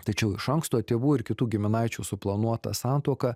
tačiau iš anksto tėvų ir kitų giminaičių suplanuota santuoka